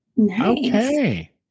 Okay